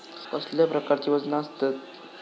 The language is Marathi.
कसल्या प्रकारची वजना आसतत?